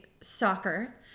soccer